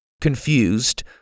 Confused